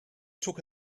took